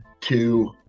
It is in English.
two